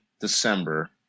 December